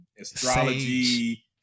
astrology